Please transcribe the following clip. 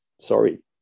Sorry